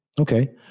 Okay